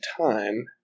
time